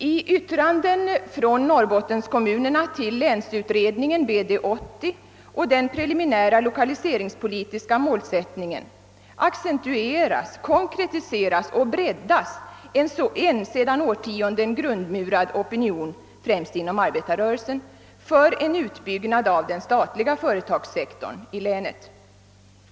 I yttranden från norrbottenkommunerna till länsutredningen BD-80 och den preliminära lokaliseringspolitiska målsättningen accentueras, konkretiseras och breddas en sedan årtionden grundmurad opinion, främst inom arbetarrörelsen, för en utbyggnad av den statliga företagssektorn i länet.